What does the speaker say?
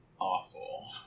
awful